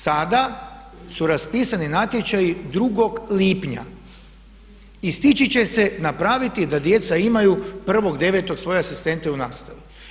Sada su raspisani natječaji drugog lipnja i stići će se napraviti da djeca imaju 1.9. svoje asistente u nastavi.